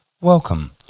Welcome